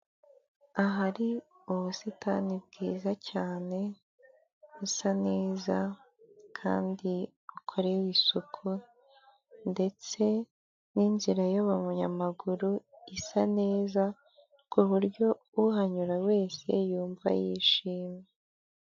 Ahari ubusitani bwiza cyane busa neza kandi bukorewe isuku, ndetse n'inzira y'abanyamaguru isa neza ku buryo uhanyura wese yumva yishimye.